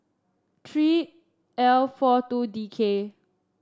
three L four two D K